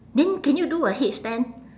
then can you do a headstand